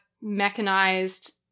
mechanized